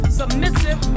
submissive